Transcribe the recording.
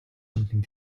something